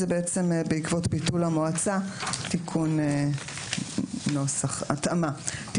זהו תיקון נוסח והתאמה בעקבות ביטול המועצה.